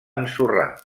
ensorrar